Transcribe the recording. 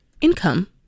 income